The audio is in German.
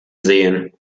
sehen